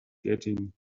getting